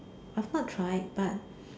I have not tried but